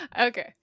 Okay